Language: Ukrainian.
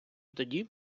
тоді